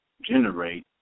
generate